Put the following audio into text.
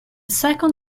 second